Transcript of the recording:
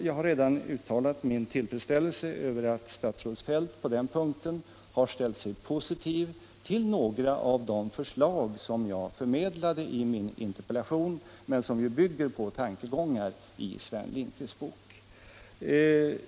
Jag har redan uttalat min tillfredsställelse över att statsrådet Feldt ställt sig positiv till några av de förslag som jag förmedlade i min interpellation och som ju bygger på tankegångar i Sven Lindqvists bok.